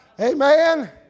Amen